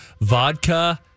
vodka